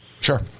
Sure